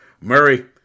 Murray